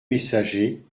messager